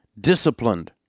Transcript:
Disciplined